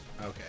Okay